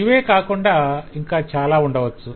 ఇవే కాకుండా ఇంకా చాలా ఉండవచ్చు